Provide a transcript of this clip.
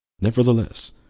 Nevertheless